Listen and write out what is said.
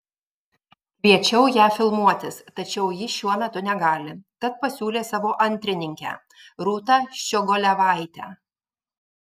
kviečiau ją filmuotis tačiau ji šiuo metu negali tad pasiūlė savo antrininkę rūtą ščiogolevaitę